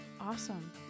Awesome